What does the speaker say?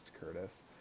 Curtis